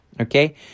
Okay